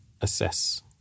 assess